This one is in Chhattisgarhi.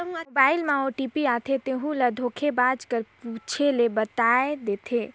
मोबाइल में ओ.टी.पी आथे तेहू ल धोखेबाज कर पूछे ले बताए देथे